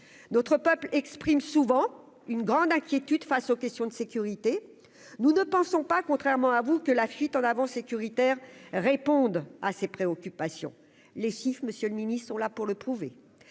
d'autres peuples expriment souvent une grande inquiétude face aux questions de sécurité, nous ne pensons pas, contrairement à vous, que la fuite en avant sécuritaire répondent à ces préoccupations, les six Monsieur le Ministre, sont là pour le prouver,